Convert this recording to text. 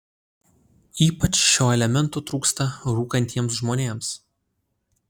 ypač šio elemento trūksta rūkantiems žmonėms